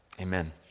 amen